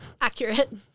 Accurate